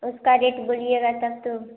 उसका रेट बोलिएगा तब तो